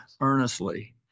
earnestly